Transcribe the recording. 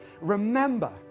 remember